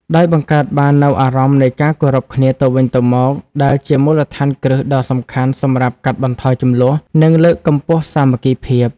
ដោយបង្កើតបាននូវអារម្មណ៍នៃការគោរពគ្នាទៅវិញទៅមក ដែលជាមូលដ្ឋានគ្រឹះដ៏សំខាន់សម្រាប់កាត់បន្ថយជម្លោះ និងលើកកម្ពស់សាមគ្គីភាព។